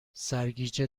سرگیجه